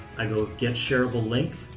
i go get shareable link.